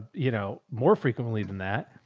you know, more frequently than that,